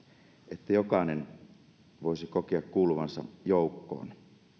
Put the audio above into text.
että jokainen voisi kokea kuuluvansa joukkoon